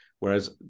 Whereas